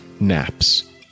naps